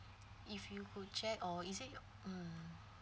if you could check or is it you mm